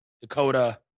Dakota